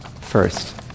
first